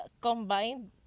combined